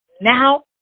Now